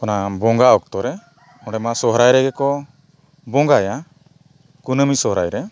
ᱚᱱᱟ ᱵᱚᱸᱜᱟ ᱚᱠᱛᱚ ᱨᱮ ᱚᱸᱰᱮ ᱢᱟ ᱥᱚᱦᱨᱟᱭ ᱨᱮᱜᱮ ᱠᱚ ᱵᱚᱸᱜᱟᱭᱟ ᱠᱩᱱᱟᱹᱢᱤ ᱥᱚᱦᱨᱟᱭ ᱨᱮ